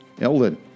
Elden